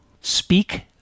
Speak